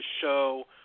show